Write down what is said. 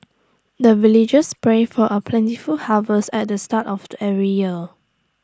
the villagers pray for A plentiful harvest at the start of the every year